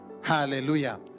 Hallelujah